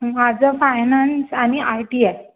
माझं फायनान्स आणि I T आहे